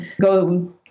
go